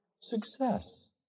success